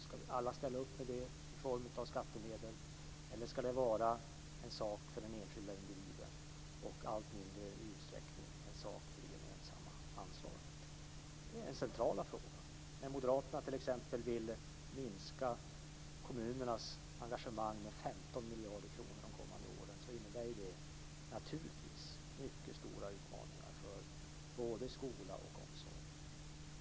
Ska vi alla ställa upp med det i form av skattemedel, eller ska det vara en sak för den enskilde individen och i allt mindre utsträckning en sak för det gemensamma ansvaret? Det är den centrala frågan. Moderaterna t.ex. vill minska kommunernas engagemang med 15 miljarder kronor under de kommande åren. Det innebär naturligtvis mycket stora utmaningar för både skola och omsorg.